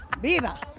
Viva